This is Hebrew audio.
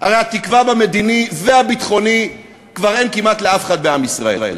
הרי תקווה במדיני ובביטחוני כבר אין כמעט לאף אחד במדינת ישראל.